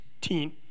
teen